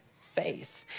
Faith